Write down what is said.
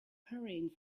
hurrying